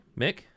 Mick